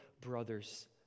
brothers